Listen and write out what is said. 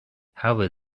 however